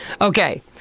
Okay